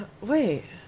wait